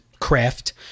craft